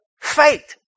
faith